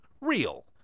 real